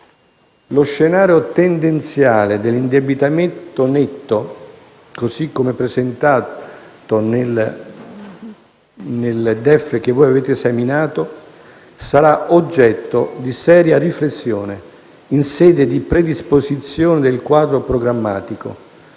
Lo scenario tendenziale dell'indebitamento netto, così come presentato nel DEF che avete esaminato, sarà oggetto di seria riflessione in sede di predisposizione del quadro programmatico,